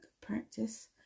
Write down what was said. practice